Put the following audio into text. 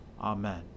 Amen